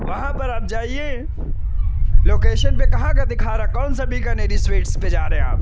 وہاں پر آپ جائیے لوکیشن پہ کہاں کا دکھا رہا ہے کون سا بیکانیری سویٹس پہ جا رہے آپ